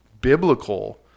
biblical